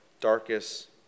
darkest